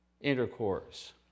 intercourse